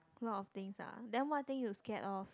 a lot of things eh then what thing you scared of